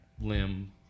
limb